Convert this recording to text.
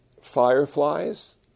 fireflies